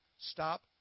Stop